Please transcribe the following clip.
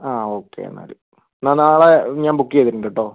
ആ ഓക്കേ എന്നാൽ എന്നാൽ നാളെ ഞാൻ ബുക്ക് ചെയ്തിട്ടുണ്ട് കേട്ടോ